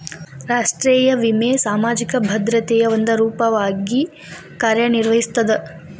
ರಾಷ್ಟ್ರೇಯ ವಿಮೆ ಸಾಮಾಜಿಕ ಭದ್ರತೆಯ ಒಂದ ರೂಪವಾಗಿ ಕಾರ್ಯನಿರ್ವಹಿಸ್ತದ